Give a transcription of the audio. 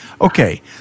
Okay